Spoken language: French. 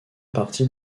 partie